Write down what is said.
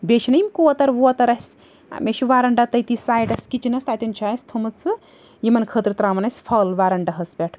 بیٚیہِ چھِ نا یِم کوتَر ووتَر اسہِ ٲں مےٚ چھُ وَرَنٛڈاہ تٔتی سایڈَس کِچنَس تَتیٚن چھُ اسہِ تھومُت سُہ یِمَن خٲطرٕ ترٛاوان أسۍ پھل وَرَنڈاہَس پٮ۪ٹھ